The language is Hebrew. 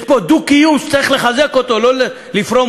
יש פה דו-קיום שצריך לחזק, לא לפרום.